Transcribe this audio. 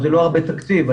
זה לא הרבה תקציב,